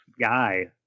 guy